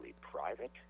private